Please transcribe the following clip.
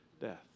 Death